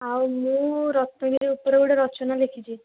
ଆଉ ମୁଁ ରତ୍ନଗିରି ଉପରେ ଗୋଟେ ରଚନା ଲେଖିଛି